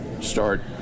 start